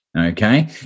okay